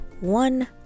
one